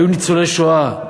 היו ניצולי שואה.